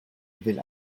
will